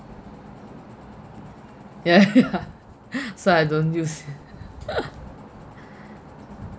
ya ya so I don't use